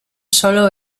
sólo